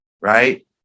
right